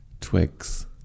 Twigs